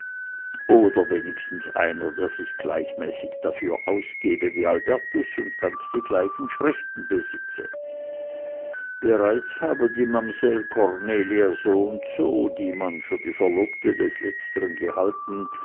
oder wenigstens einer der sich gleichmäßig dafür ausgebe wie albertus und ganz die gleichen schriften besitze bereits habe die mamsell cornelia soundso die man für die verlobte des letztern gehalten